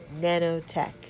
nanotech